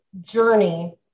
journey